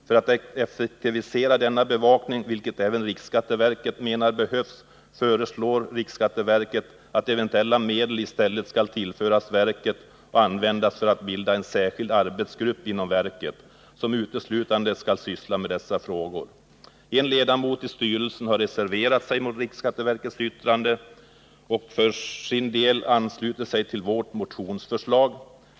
För att effektivisera denna bevakning — vilket även riksskatteverket menar behövs — föreslår man att eventuella medel i stället skall tillföras verket och användas för att bilda en särskild arbetsgrupp inom verket, som uteslutande skall syssla med dessa frågor. En ledamot i styrelsen har reserverat sig mot riksskatteverkets yttrande och för sin del anslutit sig till vårt motionsförslag.